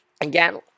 again